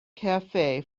cafe